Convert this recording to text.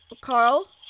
Carl